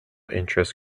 interest